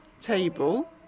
table